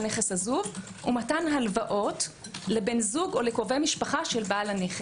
נכס עזוב ומתן הלוואות לבן זוג או לקרובי משפחה של בעל הנכס.